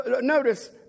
notice